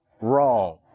wrong